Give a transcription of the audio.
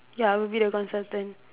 ya I will be the consultant